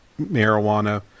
marijuana